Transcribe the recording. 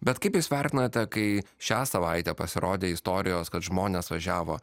bet kaip jūs vertinate kai šią savaitę pasirodė istorijos kad žmonės važiavo